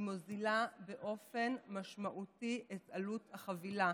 מוזילה באופן משמעותי את החבילה.